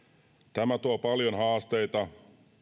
tämä tuo paljon haasteita